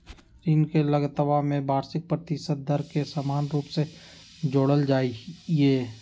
ऋण के लगतवा में वार्षिक प्रतिशत दर के समान रूप से जोडल जाहई